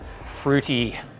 fruity